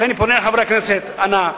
לכן אני פונה אל חברי הכנסת: אנא,